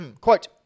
quote